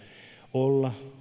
olla